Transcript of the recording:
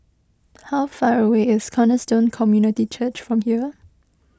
how far away is Cornerstone Community Church from here